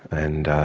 and